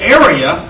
area